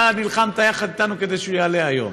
אתה נלחמת יחד אתנו כדי שהוא יעלה היום.